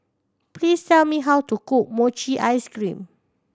please tell me how to cook mochi ice cream